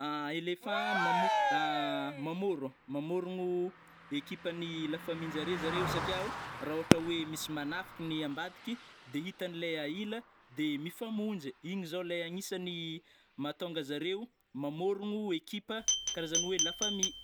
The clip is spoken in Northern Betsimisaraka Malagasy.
Elephant mamo mamôrogno mamôrogno ekipan'ny lafamillenjare zareo satriao ra ôhatra oe misy manafiky ny ambadiky, de hitanilay ahila, de mifamonjy, igny zô lai agnisany mahatonga zareo mamôrogno ekipa karazany oe lafamille.